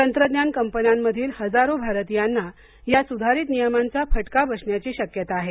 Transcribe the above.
तंत्रज्ञान कंपन्यांमधील हजारो भारतीयांना या सुधारित नियमांचा फटका बसण्याची शक्यता आहे